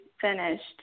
finished